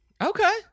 Okay